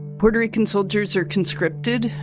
puerto rican soldiers are conscripted,